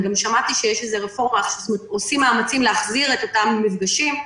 וגם שמעתי שיש איזה רפורמה ועושים מאמצים להחזיר את אותם מפגשים.